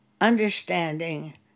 understanding